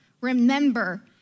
Remember